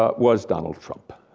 ah was donald trump.